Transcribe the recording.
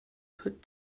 put